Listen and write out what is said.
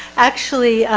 actually,